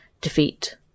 defeat